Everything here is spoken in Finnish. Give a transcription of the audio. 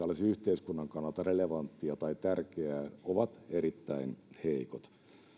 olisi yhteiskunnan kannalta relevanttia tai tärkeää ovat erittäin heikot